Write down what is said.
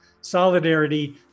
solidarity